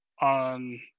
on